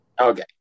Okay